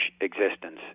existence